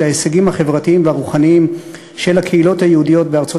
ההישגים החברתיים והרוחניים של הקהילות היהודיות בארצות